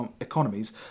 economies